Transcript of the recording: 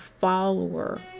follower